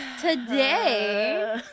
today